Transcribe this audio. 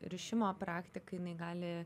rišimo praktika jinai gali